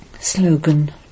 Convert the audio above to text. Slogan